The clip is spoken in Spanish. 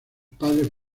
padres